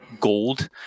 gold